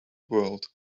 world